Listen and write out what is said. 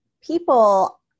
people